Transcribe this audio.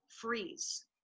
freeze